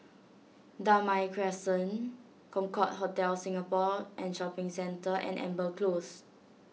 Damai Crescent Concorde Hotel Singapore and Shopping Centre and Amber Close